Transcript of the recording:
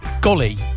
Golly